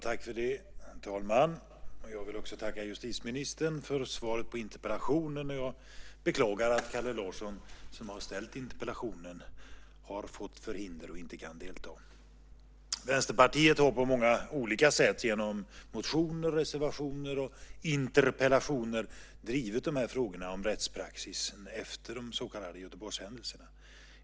Herr talman! Jag vill tacka justitieministern för svaret på interpellationen. Jag beklagar att Kalle Larsson, som har ställt interpellationen, har fått förhinder och inte kan delta. Vänsterpartiet har på många olika sätt genom motioner, reservationer och interpellationer drivit frågorna om rättspraxisen efter de så kallade Göteborgshändelserna.